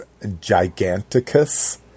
Giganticus